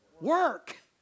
work